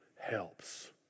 helps